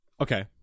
Okay